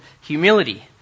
Humility